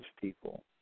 people